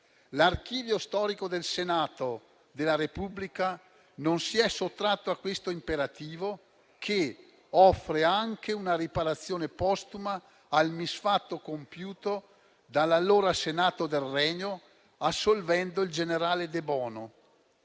L'archivio storico del Senato della Repubblica non si è sottratto a questo imperativo che offre anche una riparazione postuma al misfatto compiuto dall'allora Senato del Regno assolvendo il generale De Bono.